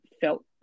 felt